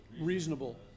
Reasonable